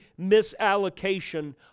misallocation